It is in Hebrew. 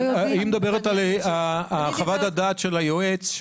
--- אבל היא מדברת על חוות הדעת של היועץ,